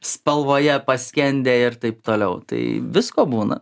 spalvoje paskendę ir taip toliau tai visko būna